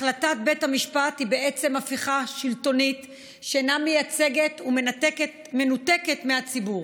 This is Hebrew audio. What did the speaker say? החלטת בית המשפט היא בעצם הפיכה שלטונית שאינה מייצגת ומנותקת מהציבור.